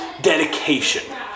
dedication